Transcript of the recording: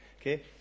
Okay